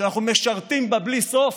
שאנחנו משרתים בה בלי סוף,